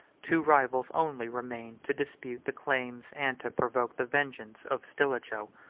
two rivals only remained to dispute the claims, and to provoke the vengeance, of stilicho.